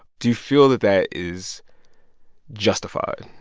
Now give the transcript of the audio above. do you feel that that is justified?